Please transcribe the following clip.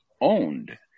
owned